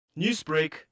Newsbreak